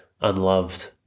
unloved